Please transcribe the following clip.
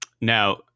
Now